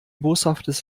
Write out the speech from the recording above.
boshaftes